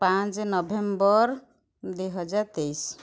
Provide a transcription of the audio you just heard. ପାଞ୍ଚ ନଭେମ୍ବର ଦୁଇହଜାରତେଇଶି